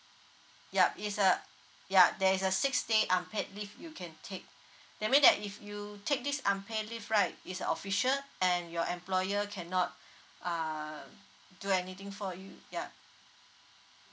yup is a ya there is a six day unpaid leave you can take that mean that if you take this unpaid leave right it's official and your employer cannot uh do anything for you ya